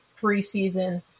preseason